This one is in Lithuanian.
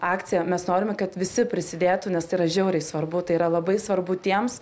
akcija mes norime kad visi prisidėtų nes tai yra žiauriai svarbu tai yra labai svarbu tiems